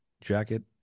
jacket